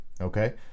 okay